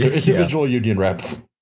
individual union reps.